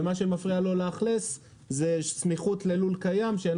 ומה שמפריע לו לאכלס זה סמיכות ללול קיים.